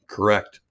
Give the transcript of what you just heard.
Correct